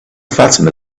fatima